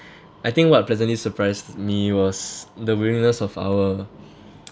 I think what pleasantly surprised me was the willingness of our